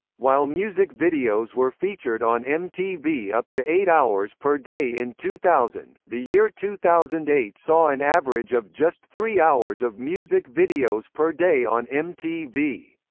while music videos were featured on mtv up to eight hours per day in two thousand, the year two thousand and eight saw an average of just three hours of music videos per day on mtv.